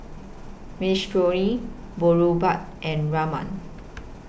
Minestrone Boribap and Rajma